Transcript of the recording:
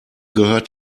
gehört